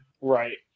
Right